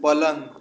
पलङ्ग